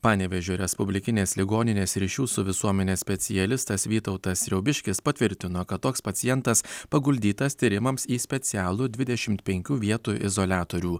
panevėžio respublikinės ligoninės ryšių su visuomene specialistas vytautas riaubiškis patvirtino kad toks pacientas paguldytas tyrimams į specialų dvidešimt penkių vietų izoliatorių